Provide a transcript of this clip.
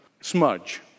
smudge